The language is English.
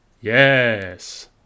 Yes